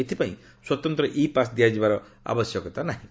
ଏଥିପାଇଁ ସ୍ପତନ୍ତ୍ର e pass ଦିଆଯିବାର ଆବଶ୍ୟକତା ନାହିଁ